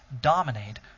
dominate